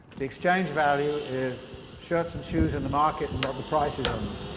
the exchange-value is shirts and shoes in the market, and about the prices on them,